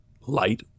light